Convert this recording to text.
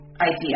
idea